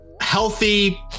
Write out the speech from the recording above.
healthy